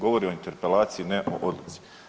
Govori o interpelaciji, ne o odluci.